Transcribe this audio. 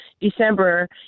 december